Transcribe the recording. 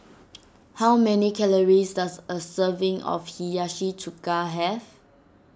how many calories does a serving of Hiyashi Chuka have